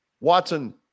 Watson